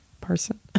person